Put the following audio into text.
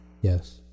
Yes